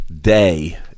day